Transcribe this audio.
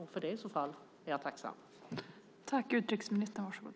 Och jag är tacksam för det i så fall.